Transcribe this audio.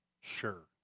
Sure